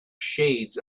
shades